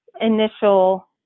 initial